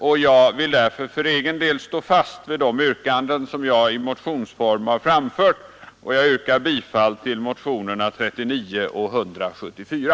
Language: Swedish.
För egen del vill jag stå fast vid de argument som jag i motionsform har framfört och yrkar bifall till motionerna 39 och 174.